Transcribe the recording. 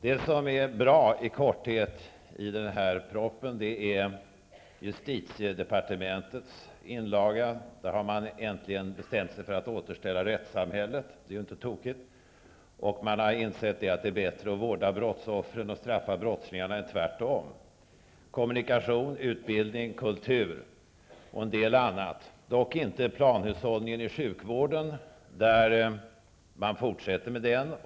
Det som är bra i den här propositionen är i korthet: Justitiedepartementets inlaga. Där har man äntligen bestämt sig för att återställa rättssamhället. Det är ju inte tokigt. Och man har insett att det är bättre att vårda brottsoffren och straffa brottslingarna än tvärtom. Kommunikation, utbildning, kultur och en del annat är också bra, dock inte planhushållningen i sjukvården. Man fortsätter med den.